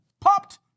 popped